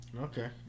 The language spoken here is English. Okay